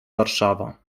warszawa